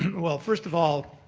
well first of all